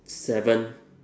seven